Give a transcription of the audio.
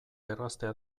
erraztea